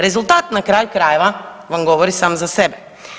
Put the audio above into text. Rezultat na kraju krajeva vam govori sam za sebe.